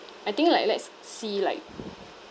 I think like let's see like